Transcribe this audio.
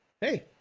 Hey